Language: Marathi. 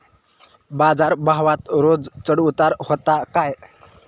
बाजार भावात रोज चढउतार व्हता काय?